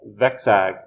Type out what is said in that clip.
Vexag